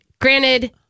granted